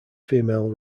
female